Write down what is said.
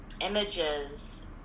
images